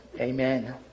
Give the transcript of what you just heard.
Amen